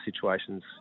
situations